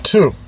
Two